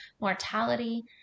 mortality